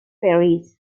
ferries